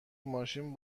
ماشین